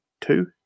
two